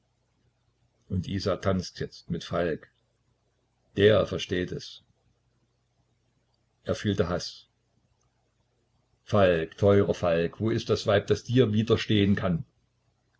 und isa tanzt jetzt mit falk der versteht es er fühlte haß falk teurer falk wo ist das weib das dir widerstehen kann